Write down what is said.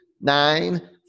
nine